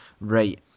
right